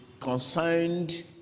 concerned